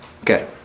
Okay